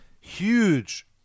huge